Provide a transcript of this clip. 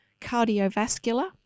Cardiovascular